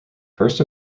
first